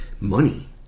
money